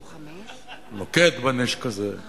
לא נוקט נשק זה.